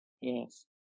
yes